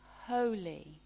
holy